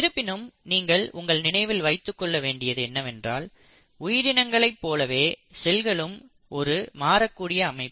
இருப்பினும் நீங்கள் உங்கள் நினைவில் வைத்துக்கொள்ள வேண்டியது என்னவென்றால் உயிரினங்களைப் போலவே செல்களும் ஒரு மாறக் கூடிய அமைப்பு